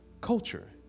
culture